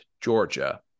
Georgia